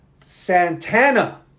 Santana